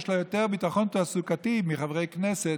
יש לה יותר ביטחון תעסוקתי מחברי כנסת,